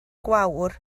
gwawr